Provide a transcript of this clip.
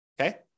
okay